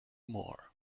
more